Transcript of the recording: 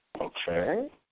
Okay